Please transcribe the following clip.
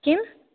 किम्